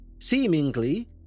seemingly